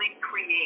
create